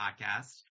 Podcast